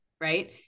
right